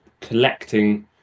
collecting